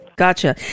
Gotcha